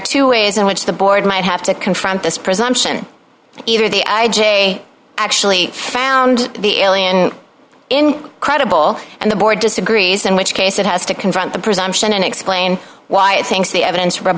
two ways in which the board might have to confront this presumption either the i j a actually found the alien in credible and the board disagrees in which case it has to confront the presumption and explain why it syncs the evidence ro